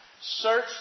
Search